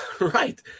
right